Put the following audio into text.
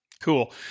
Cool